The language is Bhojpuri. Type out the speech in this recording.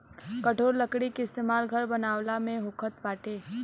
कठोर लकड़ी के इस्तेमाल घर बनावला में होखत बाटे